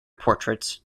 portraits